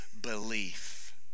belief